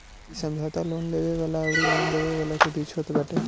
इ समझौता लोन लेवे वाला अउरी लोन देवे वाला के बीच में होत बाटे